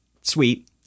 sweet